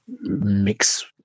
mix